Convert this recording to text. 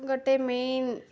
ଗୋଟେ ମେନ୍